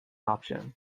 option